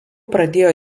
pradėjo